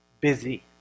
Busy